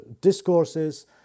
discourses